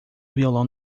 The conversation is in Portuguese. violão